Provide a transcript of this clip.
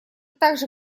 также